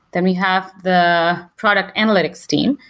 then we have the products analytics team,